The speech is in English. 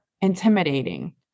intimidating